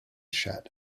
shut